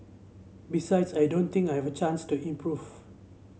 besides I don't think I've a chance to improve